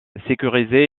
sécurisée